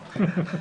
להתייחס.